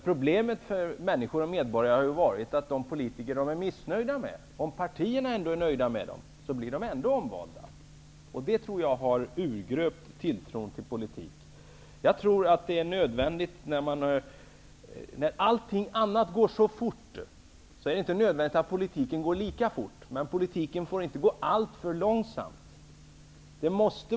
Problemet för människorna, medborgarna, har varit att de politiker som de är missnöjda med ändå blir omvalda om partierna är nöjda med dessa politiker. Det tror jag har urgröpt tilltron till politik. Även om allting annat går mycket fort, tror jag inte att det är nödvändigt att det också gäller politiken. Men politiken får heller inte gå allför långsamt.